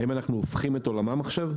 האם אנחנו הופכים את עולמם עכשיו?